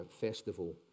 festival